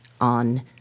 on